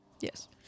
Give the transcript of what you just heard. Yes